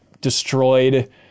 destroyed